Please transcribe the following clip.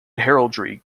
heraldry